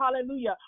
hallelujah